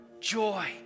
joy